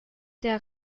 der